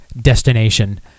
Destination